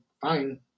fine